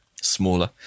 smaller